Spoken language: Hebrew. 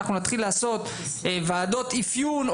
אם אנחנו נתחיל לעשות ועדות אפיון,